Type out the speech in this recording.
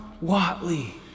Watley